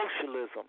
socialism